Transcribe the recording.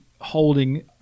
holding